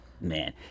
Man